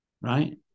Right